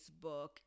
Facebook